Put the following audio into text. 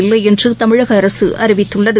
இல்லையென்றுதமிழகஅரசுஅறிவித்துள்ளது